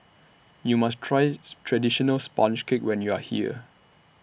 YOU must Try Traditional Sponge Cake when YOU Are here